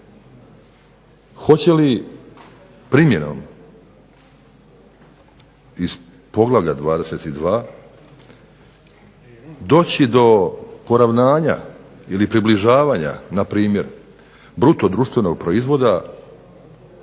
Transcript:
hoće li primjenom iz poglavlja 22 doći do poravnanja ili približavanja npr. bruto društvenog proizvoda